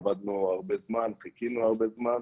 עבדנו הרבה זמן וחיכינו הרבה זמן.